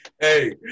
Hey